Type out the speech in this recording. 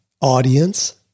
audience